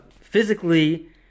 physically